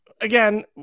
again